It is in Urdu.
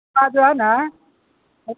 جو ہے نا